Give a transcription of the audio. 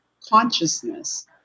consciousness